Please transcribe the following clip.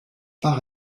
par